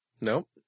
Nope